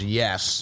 yes